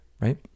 right